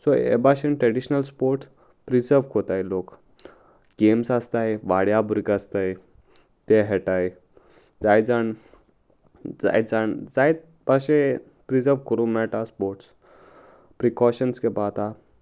so हे भाशेन traditional sports preserve कोताय लोक गेम्स आसताय वाड्या भुरगे आसताय ते हेटाय जाय जाण जाय जाण जायत भाशे प्रिजर्व करूंक मेळटा स्पोर्ट्स प्रिकोशन्स घेवपा जातता